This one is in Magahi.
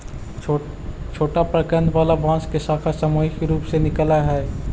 छोटा प्रकन्द वाला बांस के शाखा सामूहिक रूप से निकलऽ हई